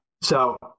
so-